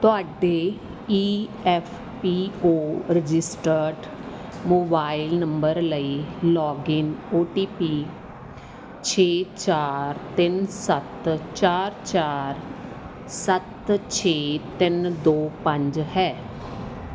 ਤੁਹਾਡੇ E F P O registered mobile number ਲਈ login O T P ਛੇ ਚਾਰ ਤਿੰਨ ਸੱਤ ਚਾਰ ਚਾਰ ਸੱਤ ਛੇ ਤਿੰਨ ਦੋ ਪੰਜ ਹੈ